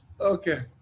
Okay